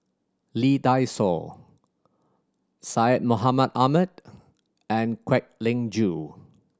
Lee Dai Soh Syed Mohamed Ahmed and Kwek Leng Joo